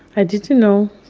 i didn't know